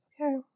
Okay